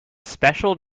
special